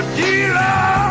dealer